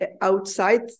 outside